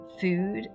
food